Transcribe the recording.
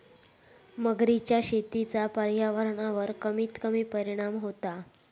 मगरीच्या शेतीचा पर्यावरणावर कमीत कमी परिणाम होता